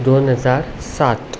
दोन हजार सात